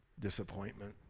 Disappointment